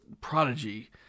prodigy